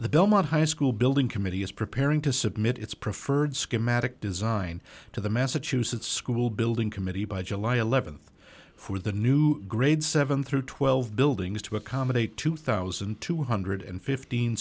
the belmont high school building committee is preparing to submit its preferred schematic design to the massachusetts school building committee by july th for the new grades seven through twelve buildings to accommodate two thousand two hundred and fifteen